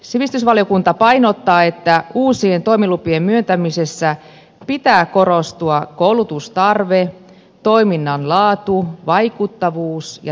sivistysvaliokunta painottaa että uusien toimilupien myöntämisessä pitää korostua koulutustarve toiminnan laatu vaikuttavuus ja tehokkuus